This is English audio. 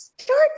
start